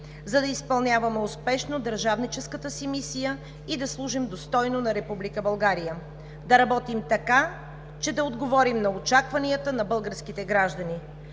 за да изпълняваме успешно държавническата си мисия и да служим достойно на Република България, да работим така, че да отговорим на очакванията на българските граждани!